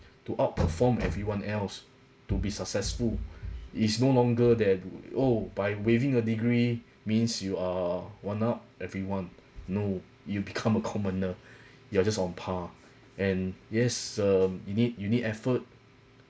to outperform everyone else to be successful is no longer there to oh by waving a degree means you are one up everyone no you become a commoner you're just on par and yes um you need you need effort